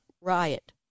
riot